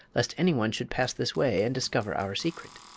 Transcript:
lest anyone should pass this way and discover our secret.